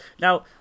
Now